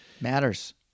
matters